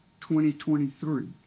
2023